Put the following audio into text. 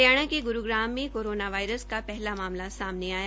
हरियाणा के ग्रूग्राम में corona virus का पहला मामला सामने आया